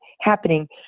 Happening